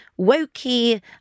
wokey